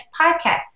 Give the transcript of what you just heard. Podcast